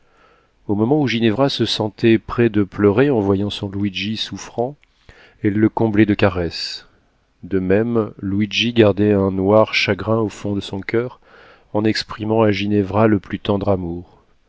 au moment où ginevra se sentait près de pleurer en voyant son luigi souffrant elle le comblait de caresses de même luigi gardait un noir chagrin au fond de son coeur en exprimant à ginevra le plus tendre amour